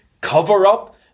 cover-up